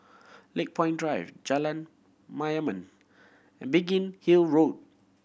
Lakepoint Drive Jalan Mayaanam and Biggin Hill Road